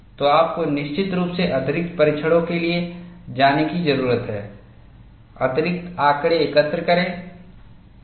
तो आपको निश्चित रूप से अतिरिक्त परीक्षणों के लिए जाने की जरूरत है अतिरिक्त आंकड़े एकत्र करें